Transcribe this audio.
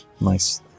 Nice